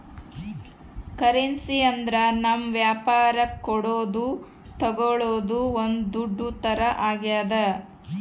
currency ಅಂದ್ರ ನಾವ್ ವ್ಯಾಪರಕ್ ಕೊಡೋದು ತಾಗೊಳೋದು ಒಂದ್ ದುಡ್ಡು ತರ ಆಗ್ಯಾದ